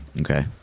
Okay